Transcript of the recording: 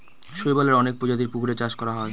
শৈবালের অনেক প্রজাতির পুকুরে চাষ করা হয়